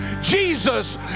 Jesus